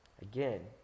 Again